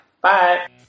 Bye